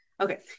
okay